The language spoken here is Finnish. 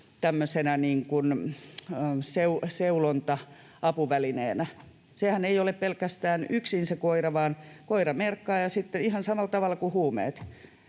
seulonta-apuvälineenä. Sehän ei ole pelkästään yksin se koira, vaan koira merkkaa ja sitten ihan samalla tavalla kuin huumeissa: